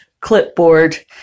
clipboard